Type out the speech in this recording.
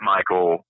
Michael